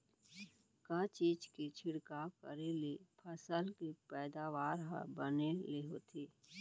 का चीज के छिड़काव करें ले फसल के पैदावार ह बने ले होथे?